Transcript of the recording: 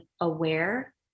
aware